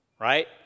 right